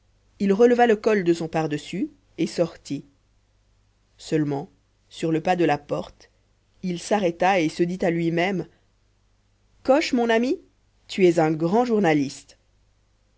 il releva le col de son pardessus et sortit seulement sur le pas de la porte il s'arrêta et se dit à lui-même coche mon ami tu es un grand journaliste